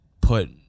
put